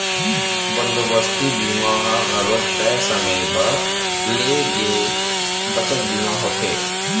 बंदोबस्ती बीमा ह घलोक तय समे बर ले गे बचत बीमा होथे